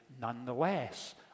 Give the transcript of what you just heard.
nonetheless